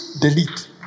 delete